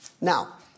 Now